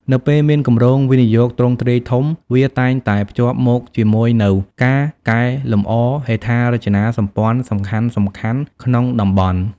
នៅពេលមានគម្រោងវិនិយោគទ្រង់ទ្រាយធំ វាតែងតែភ្ជាប់មកជាមួយនូវ ការកែលម្អហេដ្ឋារចនាសម្ព័ន្ធសំខាន់ៗ ក្នុងតំបន់។